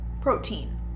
protein